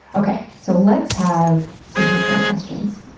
okay, so let's have some patreon questions.